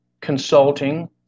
consulting